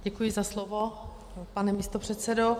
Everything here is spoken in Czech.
Děkuji za slovo, pane místopředsedo.